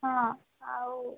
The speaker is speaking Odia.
ହଁ ଆଉ